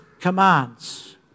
commands